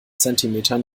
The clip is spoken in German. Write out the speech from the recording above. zentimeter